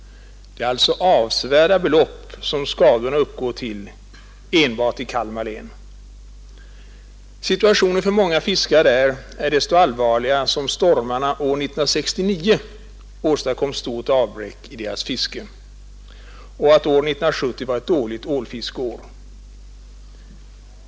Det är alltså avsevärda belopp som skadorna uppgår till enbart i Kalmar län. Situationen för många fiskare där är desto allvarligare som stormarna år 1969 åstadkom stort avbräck i deras fiske och att år 1970 var ett dåligt ålfiskeår.